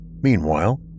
Meanwhile